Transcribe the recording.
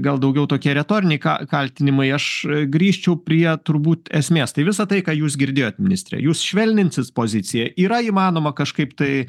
gal daugiau tokie retoriniai ka kaltinimai aš grįžčiau prie turbūt esmės tai visa tai ką jūs girdėjot ministre jūs švelninsis poziciją yra įmanoma kažkaip tai